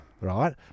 right